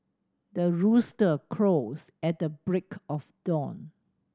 the rooster crows at the break of dawn